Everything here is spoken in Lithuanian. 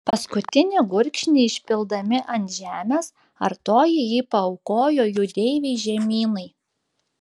paskutinį gurkšnį išpildami ant žemės artojai jį paaukojo jų deivei žemynai